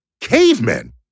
cavemen